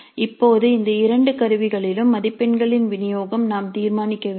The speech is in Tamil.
இப்போது இந்த இரண்டு கருவிகளிலும் மதிப்பெண்களின் விநியோகம் நாம் தீர்மானிக்க வேண்டும்